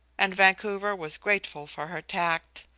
and vancouver was grateful for her tact.